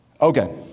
Okay